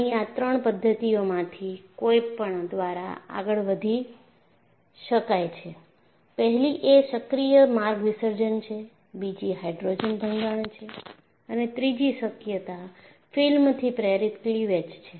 આની આ 3 પદ્ધતિઓમાંથી કોઈપણ દ્વારા આગળ વધી શકે છે પહેલી એ સક્રિય માર્ગ વિસર્જન છે બીજી હાઇડ્રોજન ભંગાણ છે અને ત્રીજી શક્યતા ફિલ્મથી પ્રેરિત ક્લીવેજ છે